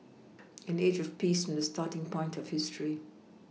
an age of peace from the starting point of history